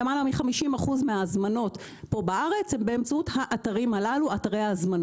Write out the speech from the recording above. למעלה מ-50% מההזמנות פה בארץ הן באמצעות אתרי ההזמנות,